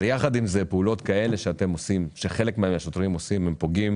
אבל יחד עם זה הפעולות שחלק מהשוטרים עושים פוגעות